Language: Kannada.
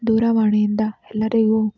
ದೂರವಾಣಿಯಿಂದ ಎಲ್ಲರಿಗೂ